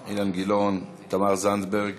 אילן גילאון, תמר זנדברג